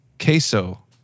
queso